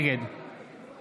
נגד